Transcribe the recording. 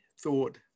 thought